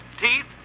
teeth